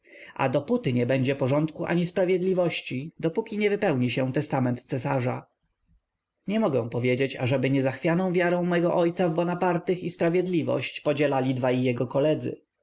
a dopóty nie będzie porządku ani sprawiedliwości dopóki nie wypełni się testament cesarza nie mogę powiedzieć ażeby niezachwianą wiarę mego ojca w bonapartych i sprawiedliwość podzielali dwaj jego koledzy